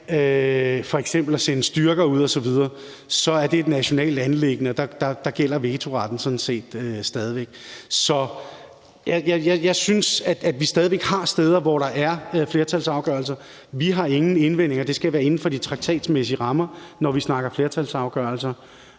at sende styrker ud osv., er det et nationalt anliggende, og der gælder vetoretten sådan set stadig væk. Så jeg synes, at vi stadig væk har steder, hvor der er flertalsafgørelser. Vi har ingen indvendinger. Det skal være inden for de traktatmæssige rammer, når vi snakker flertalsafgørelser.